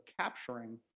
capturing